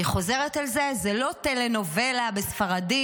אני חוזרת על זה, זאת לא טלנובלה בספרדית,